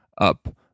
up